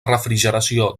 refrigeració